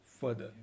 further